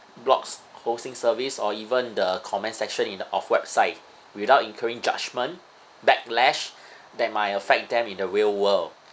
blogs hosting service or even the comment section in the of website without incurring judgment backlash that might affect them in the real world